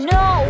no